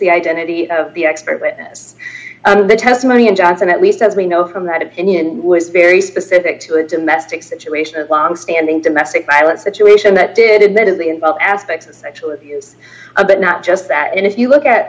the identity of the expert witness and the testimony in johnson at least as we know from that opinion was very specific to a domestic situation and long standing domestic violence situation that did not have the involved aspects of sexual abuse but not just that and if you look at